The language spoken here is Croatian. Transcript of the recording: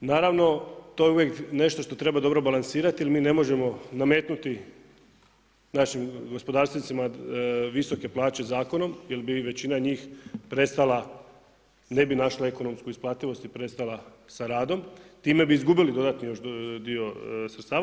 Naravno, to je uvijek nešto što treba dobro balansirati jer mi ne možemo nametnuti našim gospodarstvenicima visoke plaće zakonom, jer bi većina njih prestala, ne bi našla ekonomsku isplativost i prestala sa radom, time bi izgubili dodatni još dio sredstava.